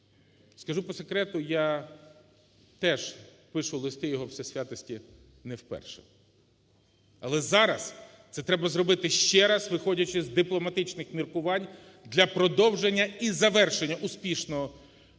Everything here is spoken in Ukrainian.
Скажу по секрету, я теж пишу листи Його Всесвятості не вперше. Але зараз це треба зробити ще раз, виходячи з дипломатичних міркувань, для продовження і завершення успішного переговорного